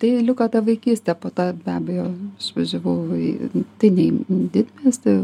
tai liko ta vaikystė po to be abejo išvažiavau į didįjį didmiestį